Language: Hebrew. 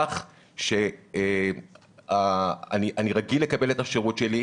כך שאני רגיל לקבל את השירות שלי,